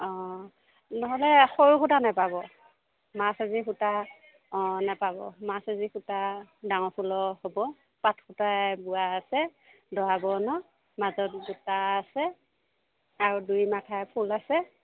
অ নহ'লে সৰু সূতা নাপাব অ নাপাব সূতা ডাঙৰ ফুলৰ হ'ব পাত সূতাই বোৱা আছে দৰা বৰণৰ মাজত বুটা আছে আৰু দুই মাথাই ফুল আছে